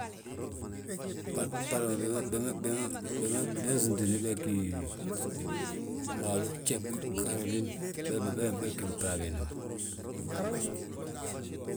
bbama bima bima sùmtini beegi, malu jeebb ggorolin bee- beegi blaa biinda ma